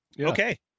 okay